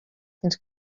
fins